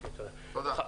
תודה.